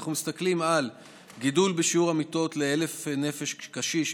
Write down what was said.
אנחנו מסתכלים על הגידול בשיעור המיטות ל-1,000 נפש קשיש,